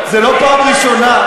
זה לא פעם ראשונה,